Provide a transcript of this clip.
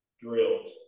drills